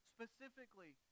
Specifically